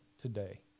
today